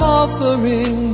offering